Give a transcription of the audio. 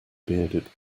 bearded